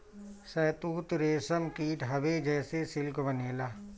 शहतूत रेशम कीट हवे जेसे सिल्क बनेला